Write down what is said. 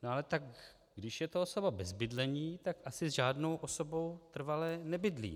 No ale tak když je to osoba bez bydlení, tak asi s žádnou osobou trvale nebydlí.